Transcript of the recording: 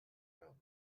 werden